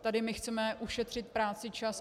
Tady chceme ušetřit práci, čas.